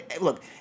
Look